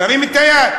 תרים את היד.